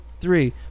three